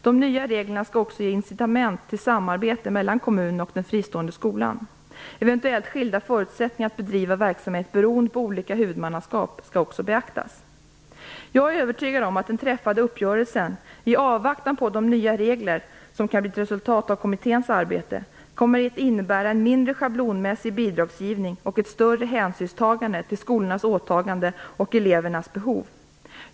De nya reglerna skall också ge incitament till samarbete mellan kommunen och den fristående skolan. Eventuellt skilda förutsättningar att bedriva verksamhet beroende på olika huvudmannaskap skall också beaktas. Jag är övertygad om att den träffade uppgörelsen - i avvaktan på de nya regler som kan bli ett resultat av kommitténs arbete - kan innebära en mindre schablonmässig bidragsgivning och ett större hänsynstagande till skolornas åtagande och elevernas behov.